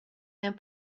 and